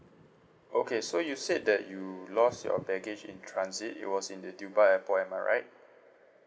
okay so you said that you lost your baggage in transit it was in the dubai airport am I right